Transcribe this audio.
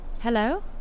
Hello